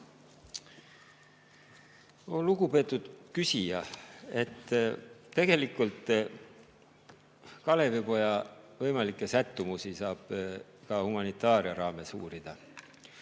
Lugupeetud küsija! Tegelikult Kalevipoja võimalikke sättumusi saab ka humanitaaria raames uurida.